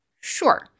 Sure